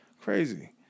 crazy